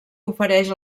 ofereix